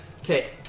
okay